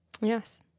Yes